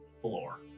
floor